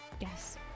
yes